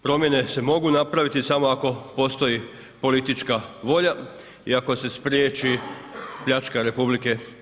Promjene se mogu napraviti samo ako postoji politička volja i ako se spriječi pljačka RH.